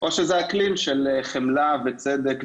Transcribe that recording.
או שזה אקלים של חמלה, צדק ושוויון.